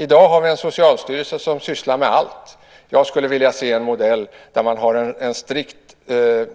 I dag har vi en socialstyrelse som sysslar med allt. Jag skulle vilja se en modell där man har en strikt